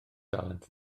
dalent